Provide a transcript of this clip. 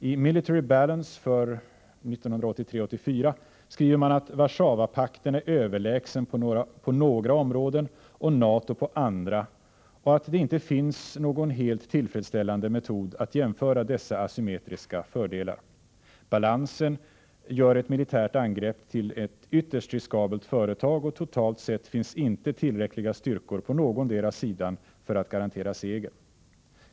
I ”Military Balance” för 1983/84 skriver man att Warszawapakten är överlägsen på några områden och NATO på andra och att det inte finns någon helt tillfredsställande metod att jämföra dessa assymetriska fördelar. Balansen gör ett militärt angrepp till ett ytterst riskabelt företag och totalt sett finns inte tillräckliga styrkor på någondera sidan för att garantera seger.